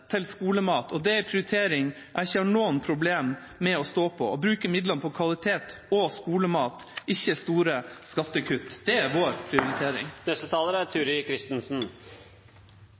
til skolemat, og det er en prioritering jeg ikke har noen problemer med å stå på. Vi bruker midlene på kvalitet og på skolemat, ikke store skattekutt. Det er vår prioritering.